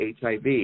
HIV